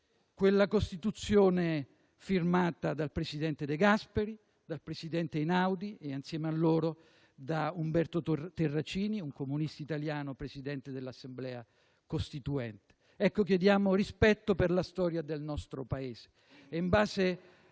Quella Costituzione firmata dal presidente De Gasperi, dal presidente Einaudi e, insieme a loro, da Umberto Terracini, un comunista italiano, presidente dell'Assemblea costituente. Chiediamo rispetto per la storia del nostro Paese: